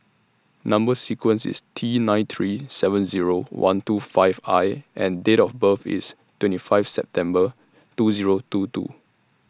Number sequence IS T nine three seven Zero one two five I and Date of birth IS twenty five September two Zero two two